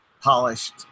polished